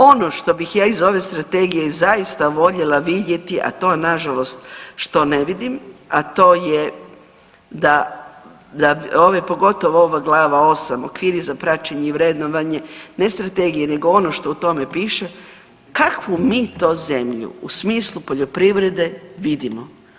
Ono što bih ja iz ove strategije zaista voljela vidjeti, a to na žalost što ne vidim a to je da, pogotovo ova glava VIII. – Okviri za praćenje i vrednovanje ne strategije, nego ono što o tome piše kakvu mi to zemlju u smislu poljoprivrede vidimo.